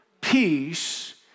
peace